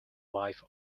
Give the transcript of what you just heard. wife